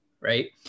Right